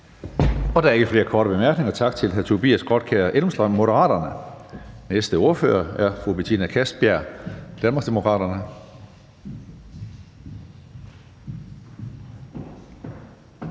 Der er ikke flere korte bemærkninger. Tak til hr. Tobias Grotkjær Elmstrøm, Moderaterne. Den næste ordfører er fru Betina Kastbjerg, Danmarksdemokraterne.